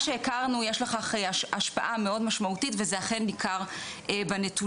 שהכרנו יש לכך השפעה מאוד משמעותית וזה אכן ניכר בנתונים.